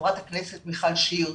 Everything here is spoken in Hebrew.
חברת הכנסת מיכל שיר,